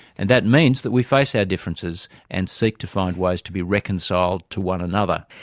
and that means that we face our differences and seek to find ways to be reconciled to one another.